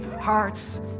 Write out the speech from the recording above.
hearts